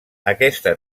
aquesta